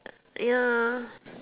ya